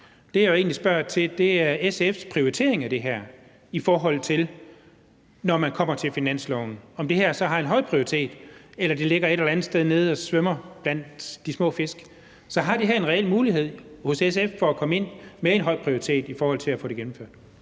til, er SF's prioritering af det her, når man kommer til finansloven, altså om det her så har en høj prioritet eller det ligger et eller andet sted nede og svømmer blandt de små fisk. Så har det her en reel mulighed hos SF for at komme ind med en høj prioritet i forhold til at få det gennemført?